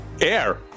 Air